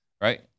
Right